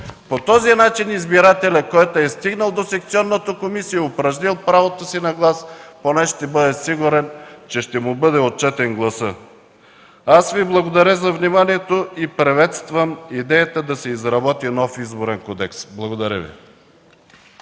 По този начин избирателят, който е стигнал до секционната комисия и е упражнил правото си на глас, поне ще бъде сигурен, че гласът му ще бъде отчетен. Благодаря Ви за вниманието и приветствам идеята да се изработи нов Изборен кодекс. Благодаря.